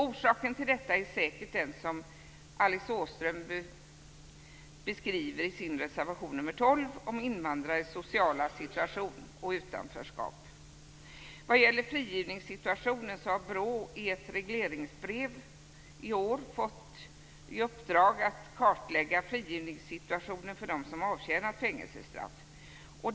Orsaken till detta är säkert den som Alice Åström beskriver i sin reservation nr 12, där invandrares sociala situation och utanförskap tas upp. Vad gäller frigivningssituationen har BRÅ i ett regleringsbrev i år fått i uppdrag att kartlägga frigivningssituationen för dem som avtjänar fängelsestraff.